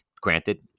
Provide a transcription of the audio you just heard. Granted